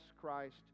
Christ